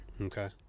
Okay